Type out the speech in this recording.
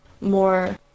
more